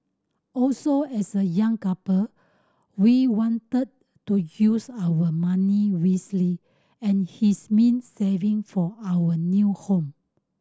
also as a young couple we wanted to use our money wisely and his meant saving for our new home